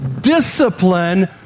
discipline